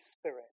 Spirit